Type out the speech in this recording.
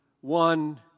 one